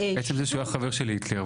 עצם זה שהוא היה חבר של היטלר,